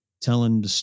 telling